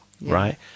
right